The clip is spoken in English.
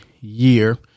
year